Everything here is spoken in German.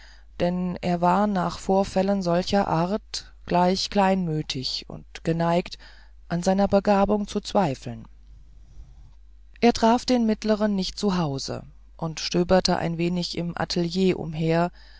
denn er war nach vorfällen solcher art gleich kleinmütig und geneigt an seiner begabung zu zweifeln er traf den mittleren nicht zu haus und stöberte ein wenig im atelier umher